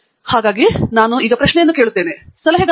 ಫಣಿಕುಮಾರ್ ಹಾಗಾಗಿ ನಾನು ಪ್ರಶ್ನೆಯನ್ನು ಕೇಳುತ್ತೇನೆ ಮತ್ತು ನಂತರ ನೋಡುತ್ತೇನೆ